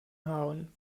haaren